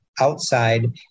outside